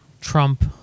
Trump